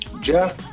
Jeff